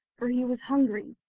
for he was hungry,